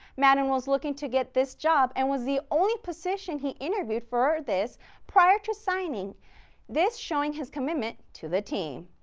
maddon was looking to get this job and was the only position he interviewed for this prior to signing this showing his commitment to the team.